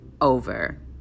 Over